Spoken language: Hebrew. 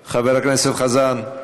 כשאתה תחליט, הוא,